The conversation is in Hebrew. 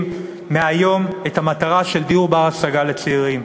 מהיום את המטרה של דיור בר-השגה לצעירים.